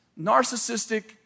narcissistic